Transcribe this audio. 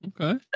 Okay